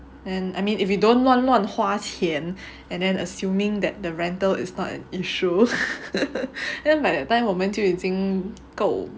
and I mean if we don't 乱乱花钱 and then assuming that the rental is not an issue then by the time 我们就已经够